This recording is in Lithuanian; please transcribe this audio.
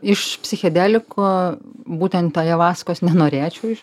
iš psichedelikų būtent ajavaskos nenorėčiau iš